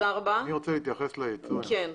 לנושא היצוא.